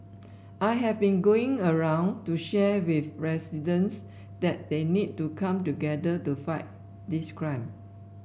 I have been going around to share with residents that they need to come together to fight this crime